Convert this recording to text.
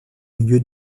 milieu